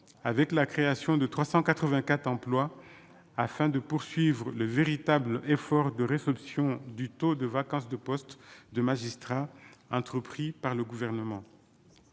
avec la création de 384 emplois afin de poursuivre le véritable effort de réception du taux de vacance de postes de magistrats entrepris par le gouvernement,